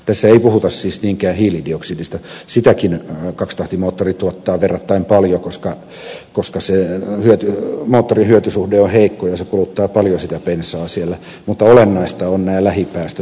tässä ei puhuta siis niinkään hiilidioksidista sitäkin kaksitahtimoottori tuottaa verrattain paljon koska se moottorin hyötysuhde on heikko ja se kuluttaa paljon sitä bensaa siellä mutta olennaista ovat nämä lähipäästöt